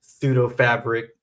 pseudo-fabric